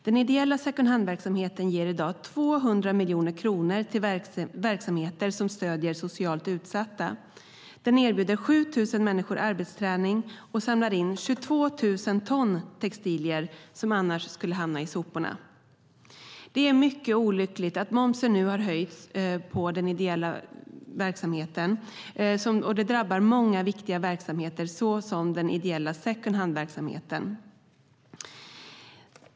Den ideella second hand-verksamheten ger i dag 200 miljoner kronor till verksamheter som stöder socialt utsatta, erbjuder 7 000 människor arbetsträning och samlar in 22 000 ton textilier som annars skulle hamna i soporna. Det är mycket olyckligt att momsen på den ideella verksamheten nu har höjts. Det drabbar många viktiga verksamheter, såsom den ideella second hand-verksamheten.